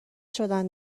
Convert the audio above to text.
شدن